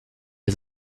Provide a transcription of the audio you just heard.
his